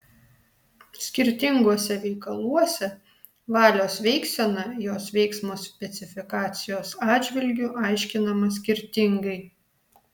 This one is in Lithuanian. skirtinguose veikaluose valios veiksena jos veiksmo specifikacijos atžvilgiu aiškinama skirtingai